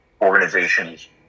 organizations